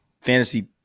fantasy